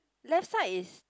left side is